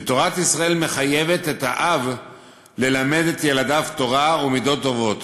ותורת ישראל מחייבת את האב ללמד את ילדיו תורה ומידות טובות.